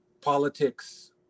politics